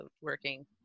working